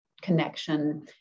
connection